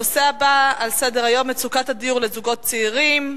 הנושא הבא על סדר-היום: מצוקת הדיור לזוגות צעירים,